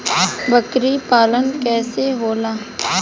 बकरी पालन कैसे होला?